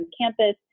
campus